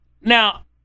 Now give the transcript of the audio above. Now